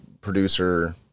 producer